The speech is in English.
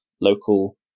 local